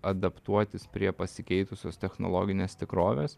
adaptuotis prie pasikeitusios technologinės tikrovės